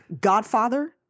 Godfather